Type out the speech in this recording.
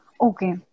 Okay